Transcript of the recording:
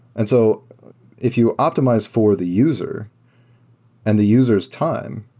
and so if you optimize for the user and the user's time,